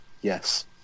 yes